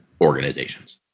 organizations